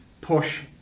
push